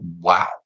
wow